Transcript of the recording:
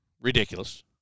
ridiculous